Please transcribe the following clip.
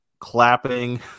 clapping